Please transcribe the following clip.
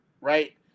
right